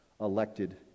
elected